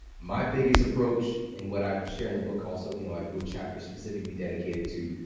my biggest approach and what i share in the book also, you know i do a chapter specifically dedicated to